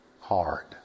Hard